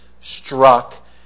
struck